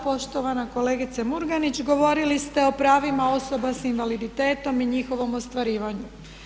Poštovana kolegice Murganić, govorili ste o pravima osoba s invaliditetom i njihovom ostvarivanju.